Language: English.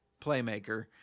playmaker